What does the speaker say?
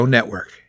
Network